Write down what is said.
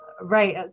Right